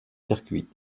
circuits